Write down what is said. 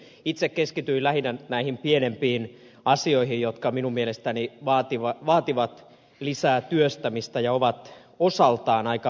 itse keskityin lähinnä näihin pienempiin asioihin jotka minun mielestäni vaativat lisää työstämistä ja ovat osaltaan aika merkittäviäkin